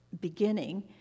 beginning